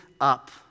up